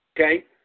okay